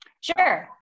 Sure